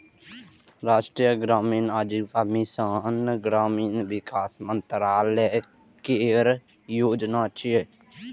राष्ट्रीय ग्रामीण आजीविका मिशन ग्रामीण विकास मंत्रालय केर योजना छियै